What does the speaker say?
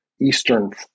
Eastern